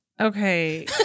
Okay